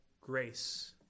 grace